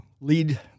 lead